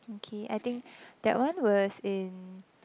okay I think that one was in